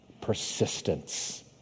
persistence